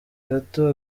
gato